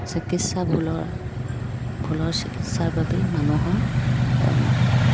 চিকিৎসা ভুলৰ ভুলৰ চিকিৎসাৰ বাবেই মানুহৰ